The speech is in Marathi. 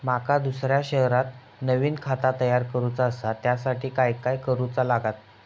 माका दुसऱ्या शहरात नवीन खाता तयार करूचा असा त्याच्यासाठी काय काय करू चा लागात?